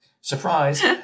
Surprise